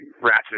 ratchet